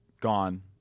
Gone